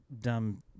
dumb